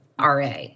RA